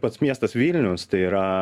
pats miestas vilnius tai yra